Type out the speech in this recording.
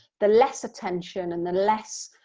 the less attention and the less